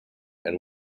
and